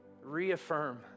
reaffirm